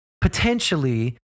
potentially